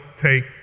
take